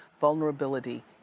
vulnerability